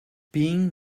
being